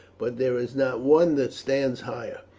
but there is not one that stands higher.